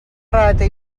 rata